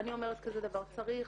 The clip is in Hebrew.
אני אומרת כזה דבר, צריך